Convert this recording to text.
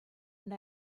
and